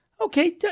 okay